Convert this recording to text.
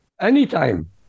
Anytime